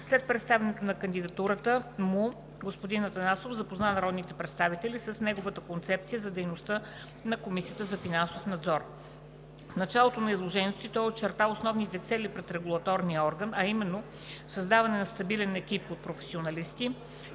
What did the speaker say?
След представянето на кандидатурата му господин Атанасов запозна народните представители с неговата концепция за дейността на Комисията за финансов надзор. В началото на изложението си той очерта основните цели пред регулаторния орган, а именно: - създаване на стабилен екип от професионалисти;